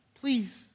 Please